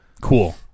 Cool